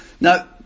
Now